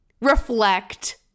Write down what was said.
reflect